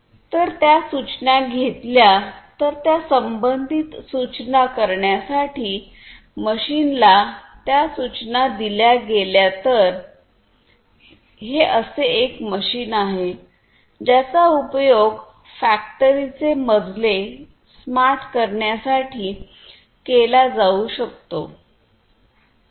जर त्या सूचना घेतल्या तर त्या संबंधित सूचना करण्यासाठी मशीनला त्या सूचना दिल्या गेल्या तर हे असे एक मशीन आहे ज्याचा उपयोग फॅक्टरीचे मजले स्मार्ट करण्यासाठी केला जाऊ शकतो